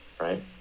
Right